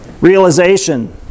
realization